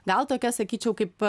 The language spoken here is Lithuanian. gal tokia sakyčiau kaip